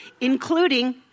including